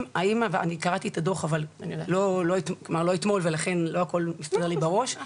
אני קראתי את הדו"ח אבל לא אתמול ולכן לא הכל מסדר לי בראש,